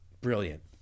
brilliant